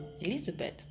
Elizabeth